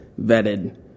vetted